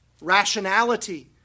rationality